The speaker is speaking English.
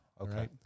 Okay